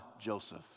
Joseph